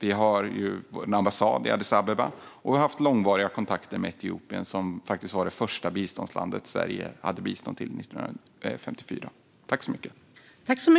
Vi har en ambassad i Addis Abeba och har haft långvariga kontakter med Etiopien, som 1954 faktiskt var det första land som Sverige gav bistånd till.